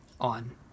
on